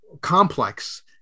complex